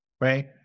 right